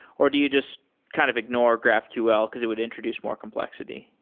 or do you just kind of ignore graphql, because it would introduce more complexity?